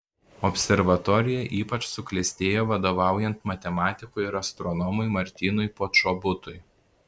observatorija ypač suklestėjo vadovaujant matematikui ir astronomui martynui počobutui